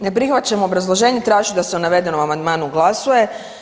Ne prihvaćam obrazloženje, tražit ću da se o navedenom amandmanu glasuje.